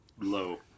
low